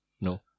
No